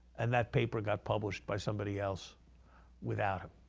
and that paper got published by somebody else without him.